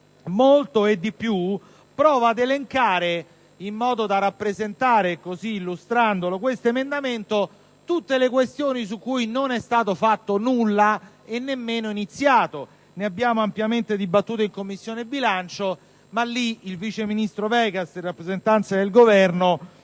molto e di più, provo ad elencare, in modo da rappresentare, così illustrandolo, questo emendamento, tutte le questioni su cui non è stato fatto nulla e nemmeno iniziato: ne abbiamo ampiamente dibattuto in Commissione bilancio, ma in quella sede il vice ministro Vegas, in rappresentanza del Governo,